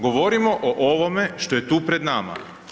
Govorimo o ovome što je tu pred nama.